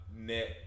net